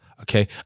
Okay